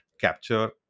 capture